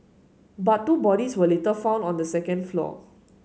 but two bodies were later found on the second floor